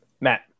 matt